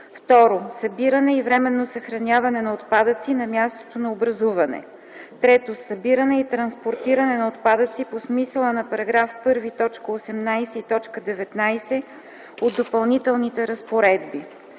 2. събиране и временно съхраняване на отпадъци на мястото на образуване; 3. събиране и транспортиране на отпадъци по смисъла на § 1, т. 18 и т. 19 от Допълнителните разпоредби;